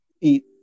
Eat